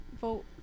vote